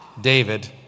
David